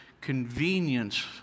convenience